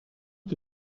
que